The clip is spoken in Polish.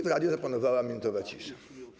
W radiu zapanowała minutowa cisza.